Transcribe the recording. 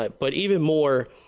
but but even more,